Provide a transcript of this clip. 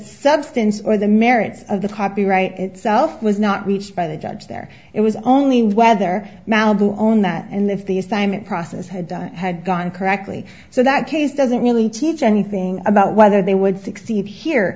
substance or the merits of the copyright itself was not reached by the judge there it was only whether malibu own men in this the assignment process had done had gone correctly so that case doesn't really teach anything about whether they would succeed here